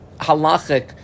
halachic